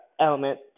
element